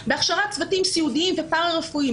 בהכשרת צוותים סיעודיים ופארא-רפואיים,